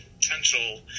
potential